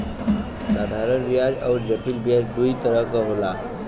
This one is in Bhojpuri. साधारन बियाज अउर जटिल बियाज दूई तरह क होला